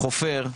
חופר,